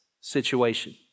situation